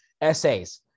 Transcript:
essays